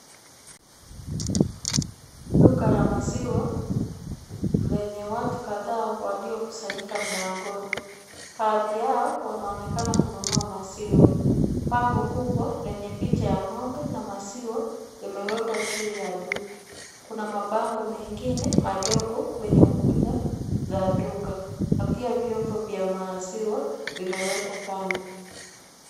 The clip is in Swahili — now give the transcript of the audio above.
Duka la maziwa, kuna, lenye watu kadhaa waliokusanyika mlangoni. Baadhi yao wanaoonekana kununua maziwa. Bango kubwa lenye picha ya ng'ombe na maziwa imewekwa juu ya duka. Kuna mabango mengine madogo kwenye ukuta ya duka, na pia vyombo vya maziwa vimewekwa kando.